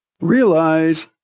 Realize